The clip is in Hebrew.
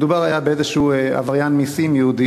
מדובר היה באיזה עבריין מסים יהודי